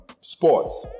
sports